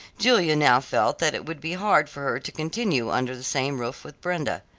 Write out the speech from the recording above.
julia now felt that it would be hard for her to continue under the same roof with brenda.